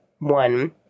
One